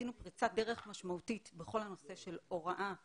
עשינו פריצת דרך משמעותית בכל הנושא של הוראה מתוקשבת,